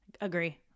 agree